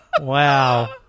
Wow